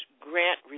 grant